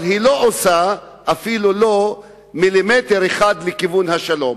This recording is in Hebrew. אבל היא לא עושה אפילו מילימטר אחד לכיוון השלום,